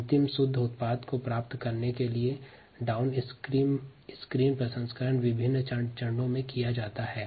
अंतिम शुद्ध उत्पाद प्राप्त करने के लिए डाउनस्ट्रीम प्रसंस्करण चरणबद्ध रूप से किया जाता है